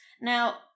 Now